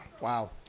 Wow